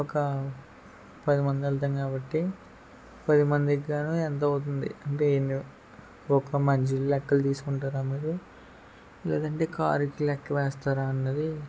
ఒక పది మంది వెళ్తాం కాబట్టి పది మందికి గాను ఎంత అవుతుంది అంటే ఎన్ని ఒక మనిషి లెక్కల తీసుకుంటారా మీరు లేదంటే కారుకి లెక్కేలేస్తారా అన్నది